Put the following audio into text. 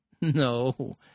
No